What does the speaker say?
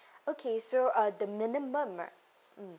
okay so uh the minimum right mm